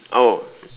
oh